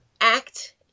ACT